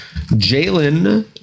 Jalen